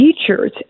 teachers